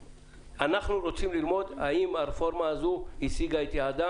אנחנו רוצים ללמוד האם הרפורמה הזאת השיגה את יעדה